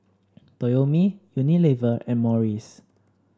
Toyomi Unilever and Morries